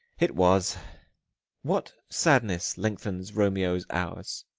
it was what sadness lengthens romeo's hours?